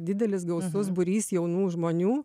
didelis gausus būrys jaunų žmonių